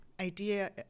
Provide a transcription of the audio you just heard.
idea